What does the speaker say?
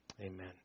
Amen